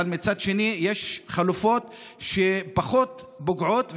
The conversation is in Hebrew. אבל מצד שני יש חלופות שפחות פוגעות,